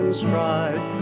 stride